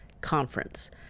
conference